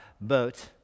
boat